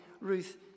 Ruth